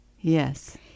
Yes